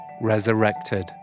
Resurrected